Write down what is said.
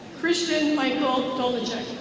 christian michael dolecheck.